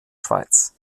schweiz